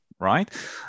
right